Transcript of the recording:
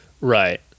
Right